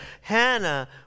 Hannah